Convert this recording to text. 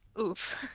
Oof